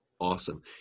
Awesome